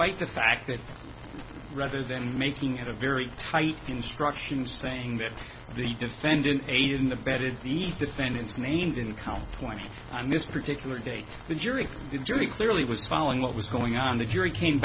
despite the fact that rather than making it a very tight instruction saying that the defendant aided and abetted these defendants named income point on this particular day the jury the jury clearly was following what was going on the jury came